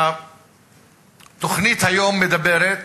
התוכנית היום מדברת